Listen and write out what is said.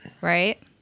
Right